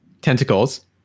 tentacles